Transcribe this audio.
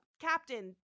Captain